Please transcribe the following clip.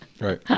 right